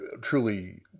truly